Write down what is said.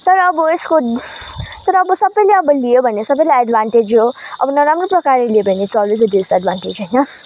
तर अब यसको तर अब सबैले लियो भने सबैलाई एडभान्टेज हो अब नराम्रो प्रकारले लियो भने इट्स अलवेज डिसएडभान्टेज होइन